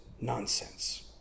nonsense